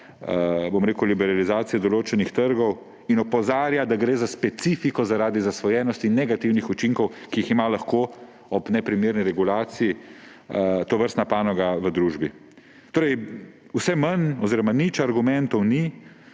spodbuja liberalizacijo določenih trgov ter opozarja, da gre za specifiko zaradi zasvojenosti in negativnih učinkov, ki jih ima lahko ob neprimerni regulaciji tovrstna panoga v družbi. Torej vse manj oziroma nič argumentov ni,